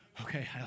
Okay